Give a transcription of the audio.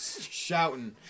shouting